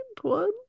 one